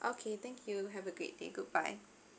okay thank you have a great day goodbye